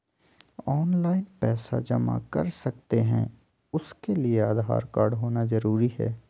Online पैसा जमा कर सकते हैं उसके लिए आधार कार्ड होना जरूरी है?